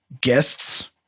guests